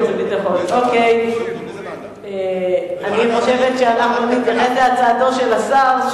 אני חושבת שאנחנו נתכנס להצעתו של השר,